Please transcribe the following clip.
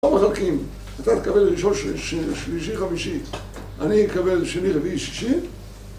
...מחלקים, אתה תקבל ראשון, שלישי, חמישי, אני אקבל שני, רביעי, שישי